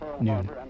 noon